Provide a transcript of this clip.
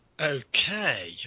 Okay